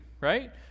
Right